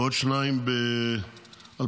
ועוד שניים ב-2025.